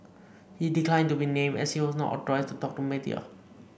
he declined to be named as he was not authorised to talk to the media